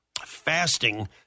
Fasting